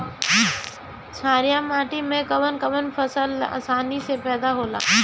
छारिया माटी मे कवन कवन फसल आसानी से पैदा होला?